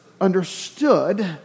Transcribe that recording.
understood